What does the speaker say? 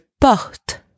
porte